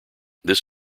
this